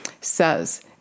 says